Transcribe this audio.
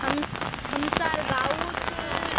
हमसार गांउत